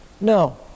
No